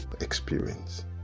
experience